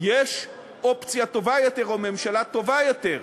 יש אופציה טובה יותר או ממשלה טובה יותר.